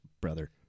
brother